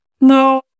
no